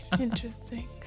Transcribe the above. Interesting